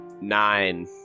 Nine